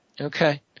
Okay